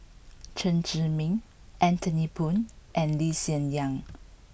Chen Zhiming Anthony Poon and Lee Hsien Yang